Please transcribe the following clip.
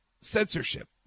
censorship